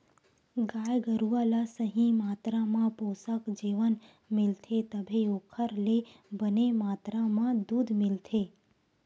गाय गरूवा ल सही मातरा म पोसक जेवन मिलथे तभे ओखर ले बने मातरा म दूद मिलथे